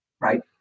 right